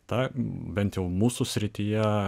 ta bent jau mūsų srityje